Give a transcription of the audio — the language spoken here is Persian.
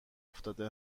افتاده